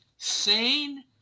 Sane